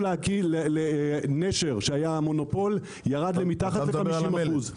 נשר שהיה מונופול, ירד למתחת ל-50%.